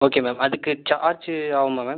okay ma'am அதுக்கு charge ஆகுமா ma'am